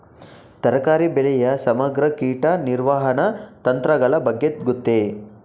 ತರಕಾರಿ ಬೆಳೆಯ ಸಮಗ್ರ ಕೀಟ ನಿರ್ವಹಣಾ ತಂತ್ರಗಳ ಬಗ್ಗೆ ಗೊತ್ತೇ?